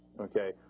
Okay